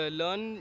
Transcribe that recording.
learn